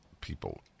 people